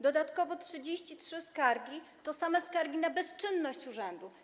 Dodatkowo 33 skargi to same skargi na bezczynność urzędu.